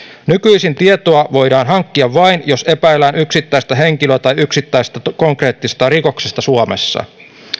nykyisin tietoa voidaan hankkia vain jos epäillään yksittäistä henkilöä tai yksittäisestä konkreettisesta rikoksesta suomessa